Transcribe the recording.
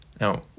Now